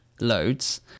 loads